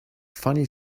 funny